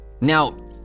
now